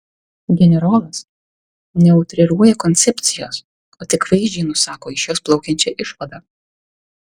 generolas neutriruoja koncepcijos o tik vaizdžiai nusako iš jos plaukiančią išvadą